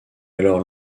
alors